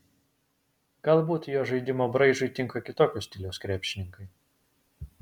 galbūt jo žaidimo braižui tinka kitokio stiliaus krepšininkai